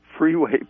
Freeway